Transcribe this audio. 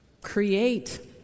create